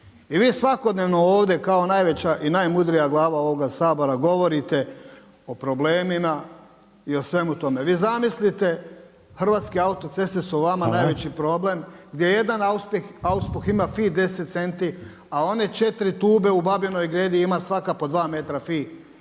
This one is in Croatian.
I vi svakodnevno ovdje kao najveća i najmudrija glava ovoga Sabora govorite o problemima i o svemu tome. Vi zamislite Hrvatske autoceste su vama najveći problem gdje jedan auspuh ima FI10 centi a one 4 tube u Babinoj gredi ima svaka po 2 metra FI